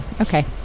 Okay